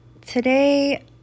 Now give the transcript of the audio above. Today